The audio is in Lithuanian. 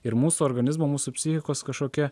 ir mūsų organizmo mūsų psichikos kažkokie